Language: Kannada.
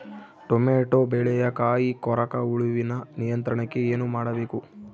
ಟೊಮೆಟೊ ಬೆಳೆಯ ಕಾಯಿ ಕೊರಕ ಹುಳುವಿನ ನಿಯಂತ್ರಣಕ್ಕೆ ಏನು ಮಾಡಬೇಕು?